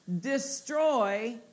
destroy